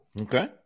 Okay